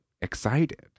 excited